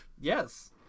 Yes